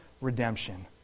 redemption